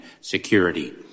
security